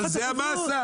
אבל זה המסה.